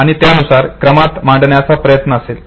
आणि त्यानुसार क्रमात मांडण्याचा प्रयत्न करेल